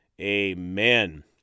Amen